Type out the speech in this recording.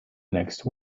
next